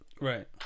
Right